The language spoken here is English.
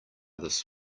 this